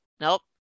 nope